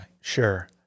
Sure